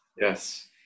yes